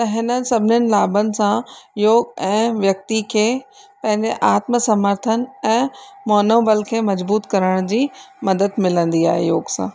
त हिननि सभिनीनि लाभनि सां योग ऐं व्यक्ति खे पंहिंजे आत्म समर्थन ऐं मोनोबल खे मजबूतु करण जी मदद मिलंदी आहे योग सां